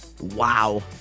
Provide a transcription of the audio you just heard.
Wow